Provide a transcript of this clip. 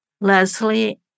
Leslie